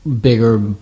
bigger